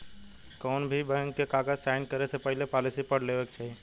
कौनोभी बैंक के कागज़ साइन करे से पहले पॉलिसी पढ़ लेवे के चाही